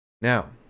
Now